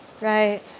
Right